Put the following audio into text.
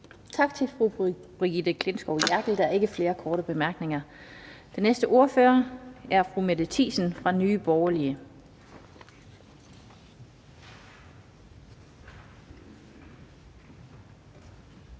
Tak til fru Brigitte Klintskov Jerkel. Der er ikke flere korte bemærkninger. Den næste ordfører er fru Mette Thiesen fra Nye Borgerlige.